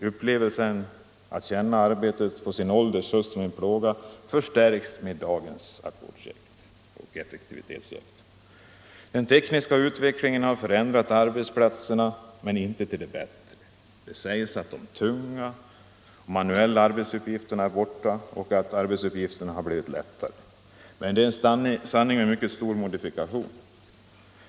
Denna plåga förstärks med dagens ackordshets och effektivitetsjakt. Den tekniska utvecklingen har förändrat arbetsplatserna men inte till det bättre. Det sägs att de tunga manuella arbetsuppgifterna är borta och att arbetet över lag har blivit lättare, men det är en sanning med mycket stor modifikation.